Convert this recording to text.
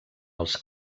els